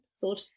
thought